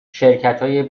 شرکتای